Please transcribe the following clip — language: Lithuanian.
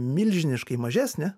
milžiniškai mažesnė